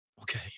Okay